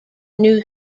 new